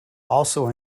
also